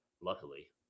Luckily